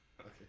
Okay